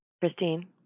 Christine